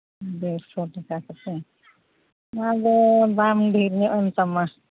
ᱫᱮᱲ ᱥᱚ ᱴᱟᱠᱟ ᱠᱟᱛᱮᱫ ᱱᱚᱣᱟ ᱫᱚ ᱫᱟᱢ ᱰᱷᱮᱨᱧᱚᱜ ᱮᱱ ᱛᱟᱢᱟ